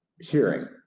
hearing